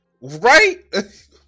Right